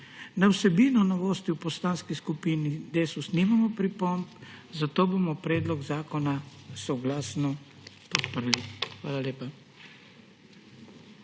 Na vsebino novosti v Poslanski skupini Desus nimamo pripomb, zato bomo predlog zakona soglasno podprli. Hvala lepa.